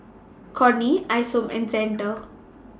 Corrine Isom and Xander